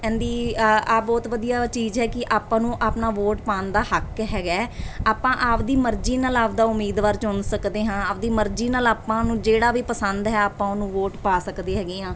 ਇਹਦੀ ਆ ਆਹ ਬਹੁਤ ਵਧੀਆ ਚੀਜ਼ ਹੈ ਕਿ ਆਪਾਂ ਨੂੰ ਆਪਣਾ ਵੋਟ ਪਾਉਣ ਦਾ ਹੱਕ ਹੈਗਾ ਆਪਾਂ ਆਪਦੀ ਮਰਜ਼ੀ ਨਾਲ ਆਪਦਾ ਉਮੀਦਵਾਰ ਚੁਣ ਸਕਦੇ ਹਾਂ ਆਪਦੀ ਮਰਜ਼ੀ ਨਾਲ ਆਪਾਂ ਨੂੰ ਜਿਹੜਾ ਵੀ ਪਸੰਦ ਹੈ ਆਪਾਂ ਉਹਨੂੰ ਵੋਟ ਪਾ ਸਕਦੇ ਹੈਗੇ ਆ